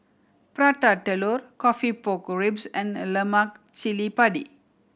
Prata Telur coffee pork ribs and lemak cili padi